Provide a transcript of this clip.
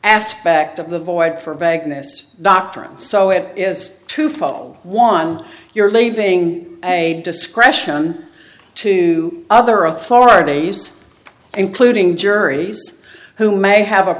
aspect of the void for vagueness doctrine so it is to follow one you're leaving a discretion to other authorities including juries who may have a